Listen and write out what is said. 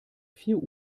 vier